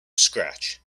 scratch